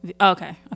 Okay